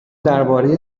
درباره